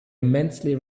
immensely